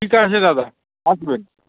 ঠিক আছে দাদা আসবেন